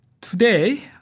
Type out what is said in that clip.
Today